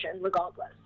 regardless